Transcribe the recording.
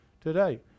today